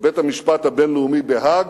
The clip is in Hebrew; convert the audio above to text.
בבית-המשפט הבין-לאומי בהאג,